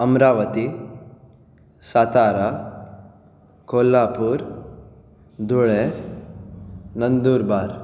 Amravati Satara Kolhapur Dhule Nandurbar